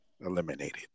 eliminated